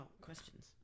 questions